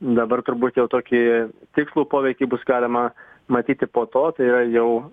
dabar turbūt jau tokį tikslų poveikį bus galima matyti po to tai yra jau